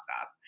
up